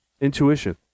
intuition